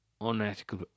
unethical